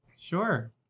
Sure